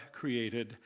created